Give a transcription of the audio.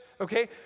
Okay